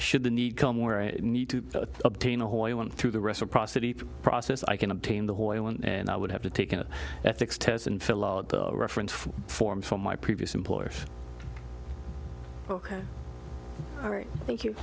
should the need come where i need to obtain a who i want through the rest of prosody process i can obtain the oil and i would have to take an ethics test and fill out the reference forms from my previous employer ok all right thank you